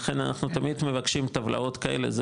לכן אנחנו תמיד מבקשים טבלאות כאלה,